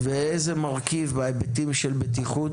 ואיזה מרכיב, בהיבטים של בטיחות,